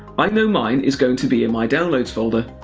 i know mine is going to be in my downloads folder.